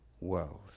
world